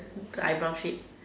the eye brow shape